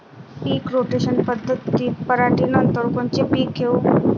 पीक rotation पद्धतीत पराटीनंतर कोनचे पीक घेऊ?